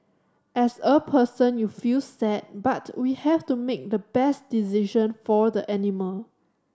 as a person you feel sad but we have to make the best decision for the animal